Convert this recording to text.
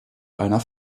einer